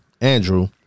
Andrew